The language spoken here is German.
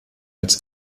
als